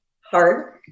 hard